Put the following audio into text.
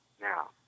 now